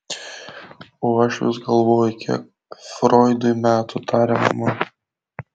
o aš vis galvoju kiek froidui metų tarė mama